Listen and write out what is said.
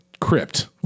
crypt